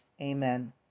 Amen